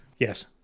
Yes